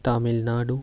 Tamil Nadu